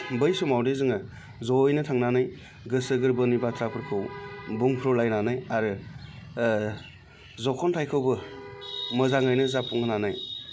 बै समावदि जोङो ज'यैनो थांनानै गोसो गोरबोनि बाथ्राफोरखौ बुंफ्रुलायनानै आरो जख'न्थायखौबो मोजाङैनो जाफुंहोनानै